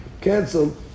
canceled